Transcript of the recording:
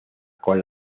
con